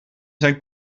zijn